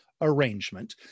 arrangement